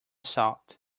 salt